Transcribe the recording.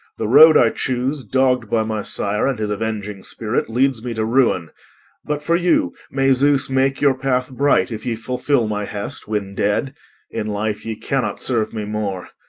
the road i choose, dogged by my sire and his avenging spirit, leads me to ruin but for you may zeus make your path bright if ye fulfill my hest when dead in life ye cannot serve me more.